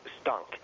stunk